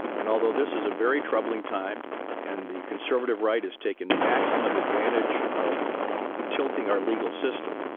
and although this is a very troubling time and the conservative right has taken maximum advantage of of tilting our legal system,